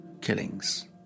killings